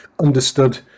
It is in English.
understood